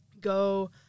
go